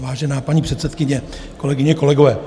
Vážená paní předsedkyně, kolegyně, kolegové.